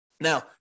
Now